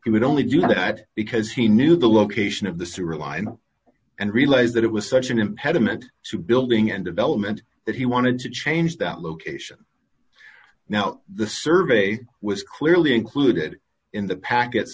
he would only do that because he knew the location of the sewer line and realized that it was such an impediment to building and development that he wanted to change that location now the survey was clearly included in the packets